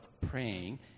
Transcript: praying